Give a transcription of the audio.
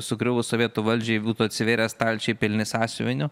sugriuvus sovietų valdžiai būtų atsivėrę stalčiai pilni sąsiuvinių